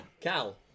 Cal